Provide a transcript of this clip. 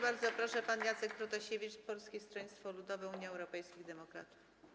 Bardzo proszę, pan poseł Jacek Protasiewicz, Polskie Stronnictwo Ludowe - Unia Europejskich Demokratów.